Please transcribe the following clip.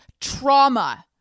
trauma